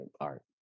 art